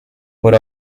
were